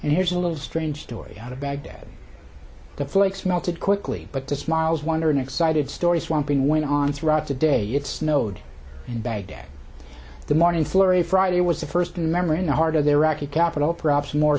and here's a little strange story out of baghdad the flakes melted quickly but the smiles wonder and excited story swamping went on throughout the day it snowed in baghdad the morning flurry friday was the first memory in the heart of their rocky capital perhaps more